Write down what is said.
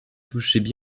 touchaient